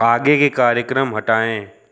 आगे के कार्यक्रम हटाएँ